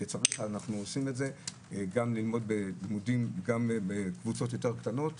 כשצריך אנחנו עושים את זה גם לימודים בקבוצות יותר קטנות.